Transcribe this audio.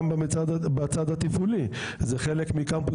גם בצד התפעולי שזה חלק ניכר,